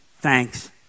thanks